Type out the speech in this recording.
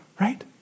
Right